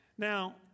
Now